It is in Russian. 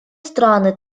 страны